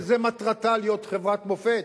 וזו מטרתה, להיות חברת מופת,